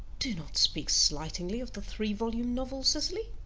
do not speak slightingly of the three-volume novel, cecily.